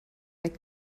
make